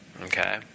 okay